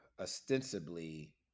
ostensibly